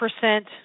percent